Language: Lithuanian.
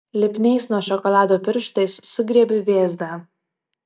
lipniais nuo šokolado pirštais sugriebiu vėzdą